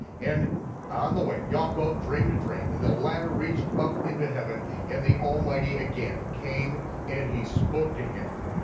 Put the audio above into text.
and on the way, yaakov dreamed a dream, and the ladder reached up into heaven, and the almighty again came and he spoke to him.